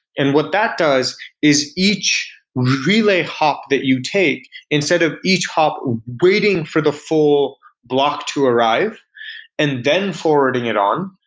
and what that does is each relay hop that you take, instead of each hop waiting for the full block to arrive and then forwarding it on,